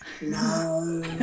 No